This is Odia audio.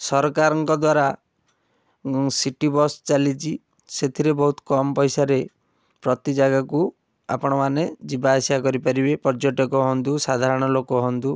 ସରକାରଙ୍କ ଦ୍ୱାରା ସିଟି ବସ୍ ଚାଲିଛି ସେଥିରେ ବହୁତ କମ୍ ପଇସାରେ ପ୍ରତି ଜାଗାକୁ ଆପଣମାନେ ଯିବା ଆସିବା କରିପାରିବେ ପର୍ଯ୍ୟଟକ ହୁଅନ୍ତୁ ସାଧାରଣ ଲୋକ ହୁଅନ୍ତୁ